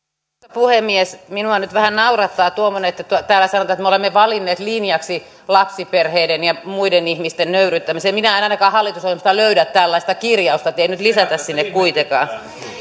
puhemies minua nyt vähän naurattaa tuommoinen että täällä sanotaan että me olemme valinneet linjaksi lapsiperheiden ja muiden ihmisten nöyryyttämisen minä en ainakaan hallitusohjelmasta löydä tällaista kirjausta niin että ei nyt lisätä sinne sellaista kuitenkaan